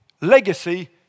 legacy